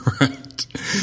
right